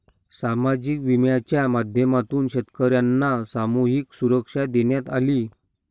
सामाजिक विम्याच्या माध्यमातून शेतकर्यांना सामूहिक सुरक्षा देण्यात आली